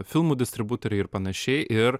filmų distributoriai ir panašiai ir